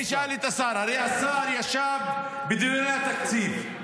השר ישב בדיוני התקציב.